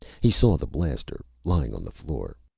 he saw the blaster, lying on the floor.